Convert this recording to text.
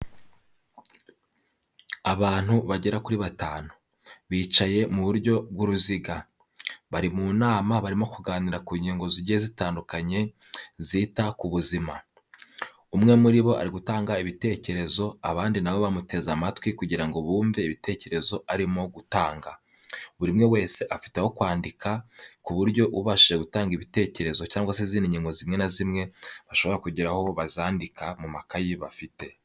Abantu bagera kuri batanu bicaye mu buryo bw'uruziga bari mu nama barimo kuganira ku ngingo zigiye zitandukanye zita ku buzima, umwe muri bo ari gutanga ibitekerezo abandi na bo bamuteze amatwi kugira ngo bumve ibitekerezo arimo gutanga, buri umwe wese afite aho kwandika ku buryo ubashije gutanga ibitekerezo cyangwa se izindi ngingo zimwe na zimwe bashobora kugira aho bazandika mu makayi bafite.